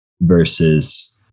versus